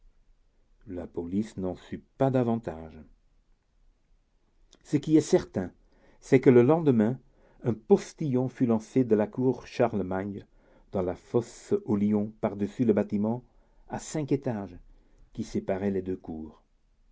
la police n'en sut pas davantage ce qui est certain c'est que le lendemain un postillon fut lancé de la cour charlemagne dans la fosse aux lions par-dessus le bâtiment à cinq étages qui séparait les deux cours